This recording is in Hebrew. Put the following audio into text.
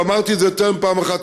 ואמרתי את זה יותר מפעם אחת,